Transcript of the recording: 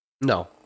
No